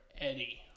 Eddie